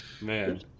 Man